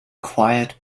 quiet